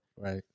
Right